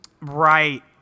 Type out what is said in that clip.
Right